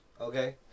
Okay